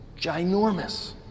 Ginormous